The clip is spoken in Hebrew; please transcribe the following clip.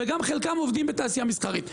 וחלקם גם עובדים בתעשייה מסחרית.